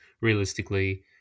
realistically